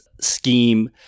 scheme